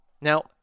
Now